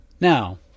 Now